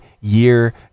year